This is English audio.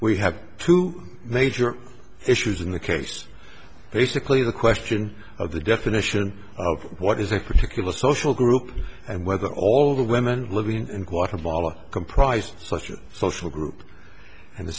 we have two major issues in the case basically the question of the definition of what is a particular social group and whether all the women living in quite a bala comprised such a social group and the